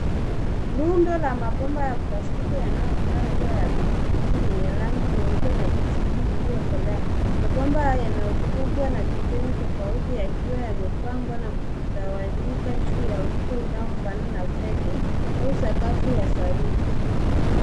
Rundo la mabomba ya plastiki yanayokaa kuwa ya PVC yenye rangi nyeupe na kijivu iliyokolea. Mabomba haya yana ukubwa na kipimo tofauti yakiwa yamepangwa na kutawanyika juu ya uso unaofanana na zege au sakafu ya saruji.